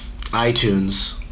iTunes